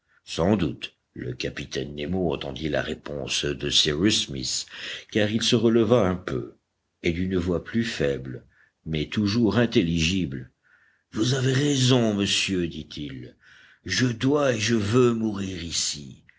sans doute le capitaine nemo entendit la réponse de cyrus smith car il se releva un peu et d'une voix plus faible mais toujours intelligible vous avez raison monsieur dit-il je dois et je veux mourir ici